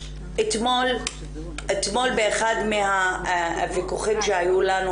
אתמול באחד מהוויכוחים שהיו לנו,